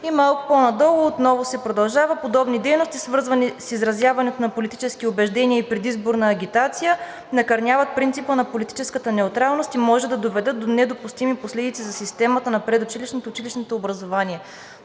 И малко по-надолу отново се продължава: „Подобни дейности, свързани с изразяването на политически убеждения и предизборна агитация, накърняват принципа на политическата неутралност и може да доведат до недопустими последици за системата на предучилищното и училищното образование.“